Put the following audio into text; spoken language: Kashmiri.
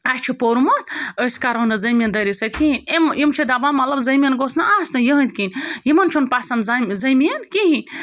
اَسہِ چھِ پوٚرمُت أسۍ کَرٕہو نہٕ زٔمیٖندٲری سۭتۍ کِہیٖنۍ یِم یِم چھِ دَپان مطلب زٔمیٖن گوٚژھ نہ آسنُے یِہٕنٛدۍ کِنۍ یِمَن چھُنہٕ پَسنٛد زَ زٔمیٖن کِہیٖنۍ